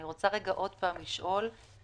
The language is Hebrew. אני רוצה עוד פעם לשאול ולהבין.